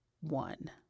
one